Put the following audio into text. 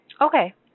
Okay